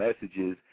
messages